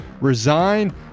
resign